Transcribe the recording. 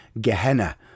Gehenna